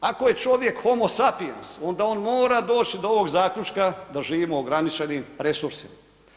Ako je čovjek homo sapiens, onda on mora doći do ovog zaključka da živimo ograničenim resursima.